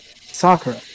Sakura